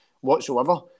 whatsoever